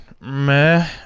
Meh